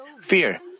fear